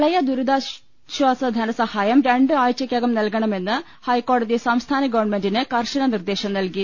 പ്രളയ ദുരിതാശാസ ധനസഹായം രണ്ട് ആഴ്ചക്കകം നൽകണമെന്ന് ഹൈക്കോടതി സംസ്ഥാന ഗവൺമെന്റിന് കർശന നിർദ്ദേശം നൽകി